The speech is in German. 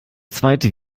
zweite